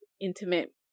intimate